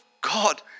God